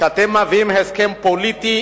כשאתם מביאים הסכם פוליטי,